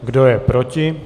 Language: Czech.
Kdo je proti?